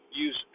Use